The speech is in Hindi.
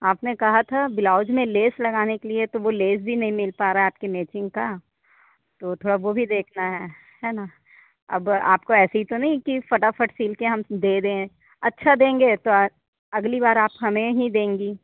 आपने कहा था बिलाउज में लेस लगाने के लिए तो वह लेस भी नहीं मिल पा रहा है आपकी मैचिंग का तो थोड़ा वह भी देखना है है न अब आपको ऐसे ही तो नहीं की फटाफट सिल कर हम दे दें अच्छा देंगे तो अगली बार आप हमें ही देंगी